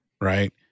right